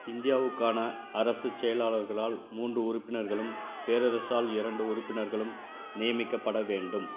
இந்தியாவுக்கான அரசுச் செயலாளர்களால் மூன்று உறுப்பினர்களும் பேரரசால் இரண்டு உறுப்பினர்களும் நியமிக்கப்பட வேண்டும்